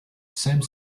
same